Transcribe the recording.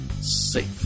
safe